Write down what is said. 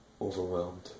overwhelmed